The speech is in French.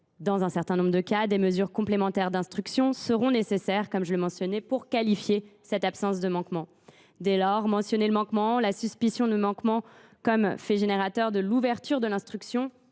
Dans un certain nombre de cas, des mesures complémentaires d’instruction seront nécessaires pour qualifier cette absence de manquement. Dès lors, mentionner le manquement ou la suspicion de manquement comme fait générateur de l’ouverture de l’instruction